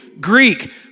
Greek